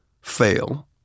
fail